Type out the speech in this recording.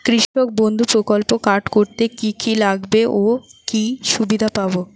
কৃষক বন্ধু প্রকল্প কার্ড করতে কি কি লাগবে ও কি সুবিধা পাব?